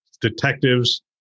detectives